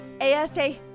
ASA-